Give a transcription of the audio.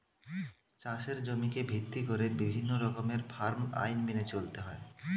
চাষের জমিকে ভিত্তি করে বিভিন্ন রকমের ফার্ম আইন মেনে চলতে হয়